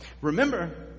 Remember